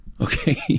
Okay